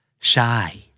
Shy